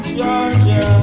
Georgia